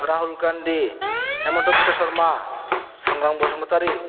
राहुल गान्धी हेमन्त बिश सर्मा सांग्रां बसुमथारि